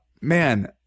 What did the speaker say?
Man